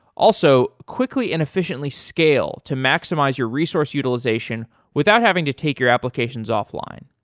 also, quickly and efficiently scale to maximize your resource utilization without having to take your applications offline.